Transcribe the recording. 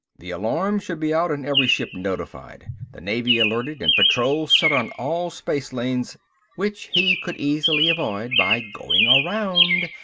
the alarm should be out and every ship notified. the navy alerted and patrols set on all spacelanes which he could easily avoid by going around,